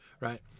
right